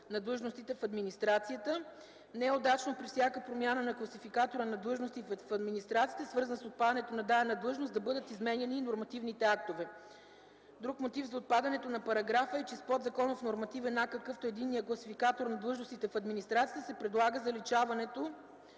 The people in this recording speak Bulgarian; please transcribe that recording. на длъжностите в администрацията. Не е удачно при всяка промяна на Класификатора на длъжностите в администрацията, свързана с отпадането на дадена длъжност, да бъдат изменяни и нормативните актове. Друг мотив за отпадането на параграфа е и че с подзаконов нормативен акт, какъвто е Единният класификатор на длъжностите в администрацията, се предлага заличаването